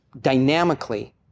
dynamically